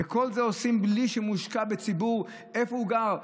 וכל זה עושים בלי שמושקע בציבור, איפה הוא גר?